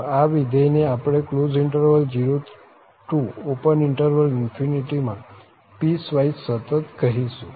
તો આ વિધેય ને આપણે 0∞ માં પીસવાઈસ સતત કહીશું